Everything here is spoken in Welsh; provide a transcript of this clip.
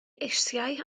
eisiau